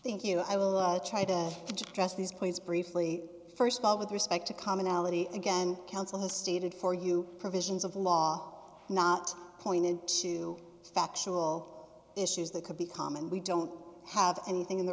thank you i will try to just trust these points briefly st of all with respect to commonality again counsel has stated for you provisions of law not pointed to factual issues that could be common we don't have anything in the